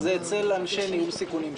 אבל זה אצל אנשי ניהול סיכונים שלי.